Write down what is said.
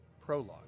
Prologue